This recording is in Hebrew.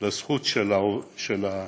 לזכות של המשפחה,